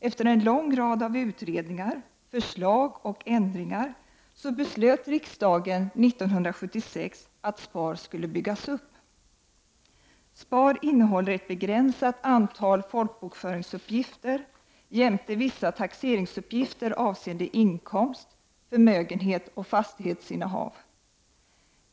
Efter en lång rad av utredningar, förslag och ändringar beslöt riksdagen 1976 att SPAR skulle byggas upp. SPAR innehåller ett begränsat antal folkbokföringsuppgifter jämte vissa taxeringsuppgifter avseende inkomst, förmögenhet och fastighetsinnehav.